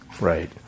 Right